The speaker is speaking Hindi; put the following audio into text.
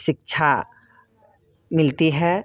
शिक्षा मिलती है